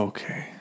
Okay